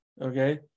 okay